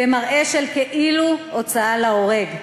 במראה של כאילו הוצאה להורג,